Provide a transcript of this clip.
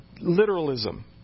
literalism